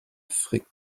frick